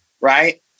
Right